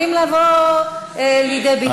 הדברים האלה יכולים לבוא לידי ביטוי.